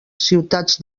ciutats